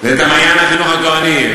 ו"מעיין החינוך התורני".